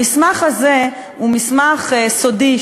המסמך הזה הוא מסמך סודי,